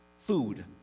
food